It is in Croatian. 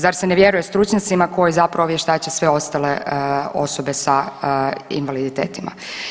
Zar se ne vjeruje stručnjacima koji zapravo vještače sve ostale osobe sa invaliditetima.